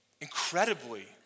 Incredibly